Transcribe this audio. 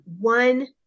one